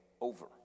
over